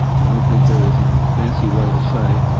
i don't think there is a fancy way to say